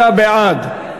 53 בעד,